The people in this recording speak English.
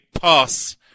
pass